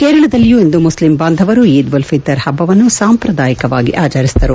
ಕೇರಳದಲ್ಲಿಯೂ ಇಂದು ಮುಷ್ಲಿಂ ಬಾಂಧವರು ಈದ್ ಉಲ್ ಪಿತರ್ ಹಬ್ಲವನ್ನು ಸಾಂಪ್ರದಾಯಿಕವಾಗಿ ಆಚರಿಸಿದರು